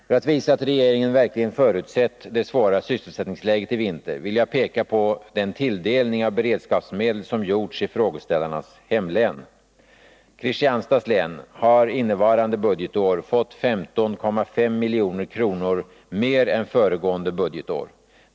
För att visa att regeringen verkligen förutsett det svåra sysselsättningsläget i vinter vill jag peka på den tilldelning av beredskapsmedel som gjorts i frågeställarnas hemlän. Kristianstads län har innevarande budgetår fått 15,5 milj.kr. mer än föregående budgetår.